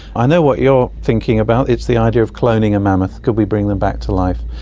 i know what you're thinking about, it's the idea of cloning a mammoth, could we bring them back to life.